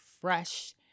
fresh